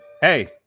Hey